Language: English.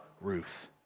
Ruth